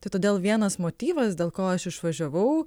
tai todėl vienas motyvas dėl ko aš išvažiavau